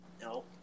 No